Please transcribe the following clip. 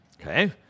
Okay